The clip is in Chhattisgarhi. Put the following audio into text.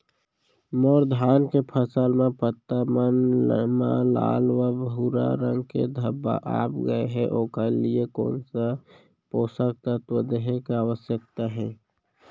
मोर धान के फसल म पत्ता मन म लाल व भूरा रंग के धब्बा आप गए हे ओखर लिए कोन स पोसक तत्व देहे के आवश्यकता हे?